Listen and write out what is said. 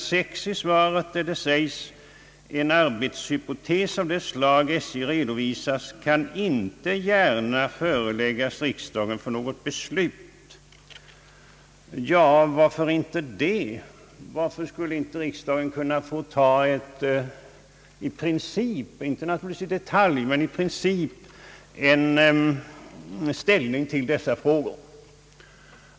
6 i svaret vilken har följande lydelse: »En arbetshypotes av det slag SJ redovisat kan inte gärna föreläggas riksdagen för något beslut.» Varför inte det? Varför skulle inte riksdagen kunna i princip, naturligtvis inte i detalj, ta ställning till dessa frågor?